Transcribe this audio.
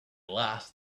last